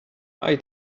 why